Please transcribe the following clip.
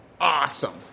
awesome